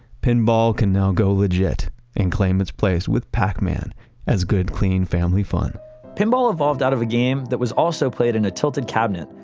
pinball can now go legit and claim its place with pac-man as good, clean family fun pinball evolved out of a game that was also played in a tilted cabinet.